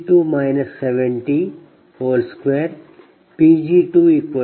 001Pg2 702Pg2159